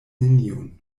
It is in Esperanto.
neniun